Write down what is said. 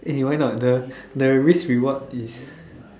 eh why not the the risk reward is